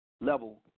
level